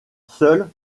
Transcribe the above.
seul